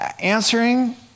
answering